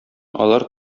алар